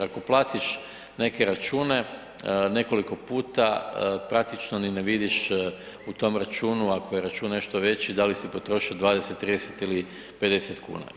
Ako platiš neke računa nekoliko puta praktično ni ne vidiš u tom računu, ako je račun nešto veći, da li si potrošio 20,30 ili 50 kuna.